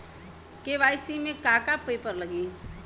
KYC में का का पेपर लगी?